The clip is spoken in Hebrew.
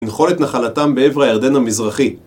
לנחול את נחלתם בעבר הירדן המזרחי